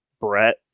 Brett